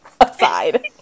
aside